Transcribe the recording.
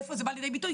איפה זה בא לידי ביטוי.